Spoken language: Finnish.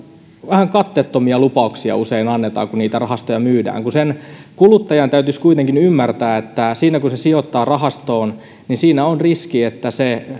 vähän katteettomia lupauksia usein annetaan kun niitä rahastoja myydään kun kuluttajan täytyisi kuitenkin ymmärtää että siinä kun hän sijoittaa rahastoon on riski että